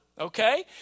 okay